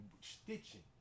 stitching